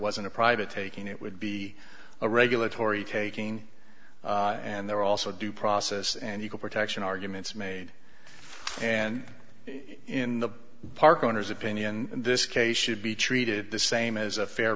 wasn't a private taking it would be a regulatory taking and there also due process and equal protection arguments made and in the park owners opinion in this case should be treated the same as a fair